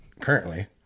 currently